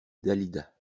dalida